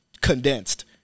condensed